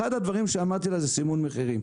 אחד הדברים שאמרתי לה זה סימון מחירים.